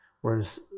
Whereas